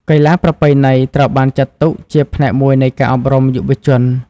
កីឡាប្រពៃណី ត្រូវបានចាត់ទុកជាផ្នែកមួយនៃការអប់រំយុវជន។